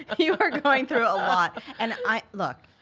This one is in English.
you are going through a lot, and i, look,